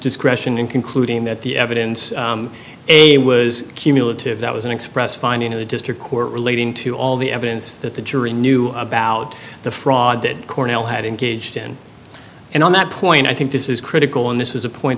discretion in concluding that the evidence a was cumulative that was an express finding in a district court relating to all the evidence that the jury knew about the fraud that cornell had engaged in and on that point i think this is critical and this is a point